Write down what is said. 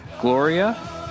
Gloria